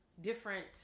different